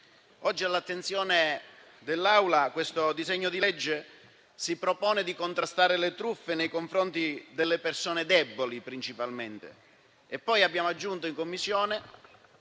oggi all'attenzione dell'Assemblea, si propone di contrastare le truffe nei confronti delle persone deboli principalmente e - lo abbiamo aggiunto in Commissione,